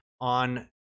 on